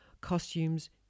costumes